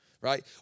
right